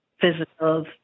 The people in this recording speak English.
physical